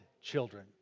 children